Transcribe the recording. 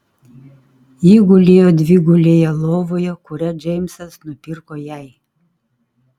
ji gulėjo dvigulėje lovoje kurią džeimsas nupirko jai